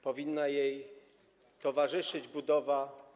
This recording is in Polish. Powinna jej towarzyszyć budowa.